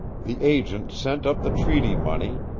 the agent sent up the treaty money,